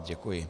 Děkuji.